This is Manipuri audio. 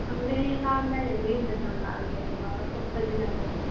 ꯈꯪꯗꯦ ꯍꯌꯦꯡ ꯂꯥꯛꯑꯝꯗꯥꯏꯗ ꯅꯣꯏ ꯌꯨꯝꯗ ꯆꯪꯉꯛꯑꯒꯦ ꯑꯗꯨꯒ ꯀꯣꯛ ꯆꯠꯃꯤꯟꯔꯨꯔꯁꯤ